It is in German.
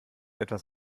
etwas